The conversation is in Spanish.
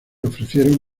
ofrecieron